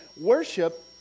worship